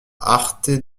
arthez